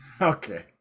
Okay